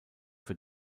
für